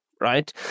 right